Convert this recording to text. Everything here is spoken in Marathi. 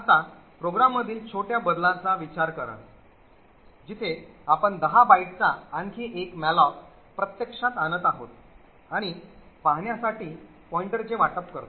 आता प्रोग्राममधील छोट्या बदलाचा विचार करा जिथे आपण 10 बाइटचा आणखी एक मॅलोक प्रत्यक्षात आणत आहोत आणि पाहण्यासाठी पॉईंटरचे वाटप करतो